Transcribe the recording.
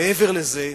מעבר לזה,